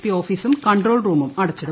P ഓഫീസും control റൂമും അടച്ചിടും